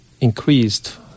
increased